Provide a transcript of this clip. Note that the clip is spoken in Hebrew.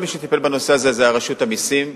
כל מי שטיפל בנושא הזה זה רשות המסים,